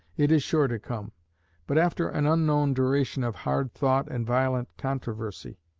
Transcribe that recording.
it is sure to come but after an unknown duration of hard thought and violent controversy.